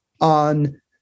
on